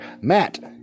Matt